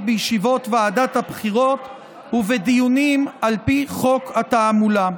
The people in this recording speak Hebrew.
בישיבות ועדת הבחירות ובדיונים על פי חוק התעמולה.